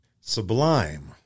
Sublime